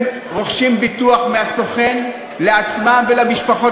הם רוכשים ביטוח מהסוכן לעצמם ולמשפחות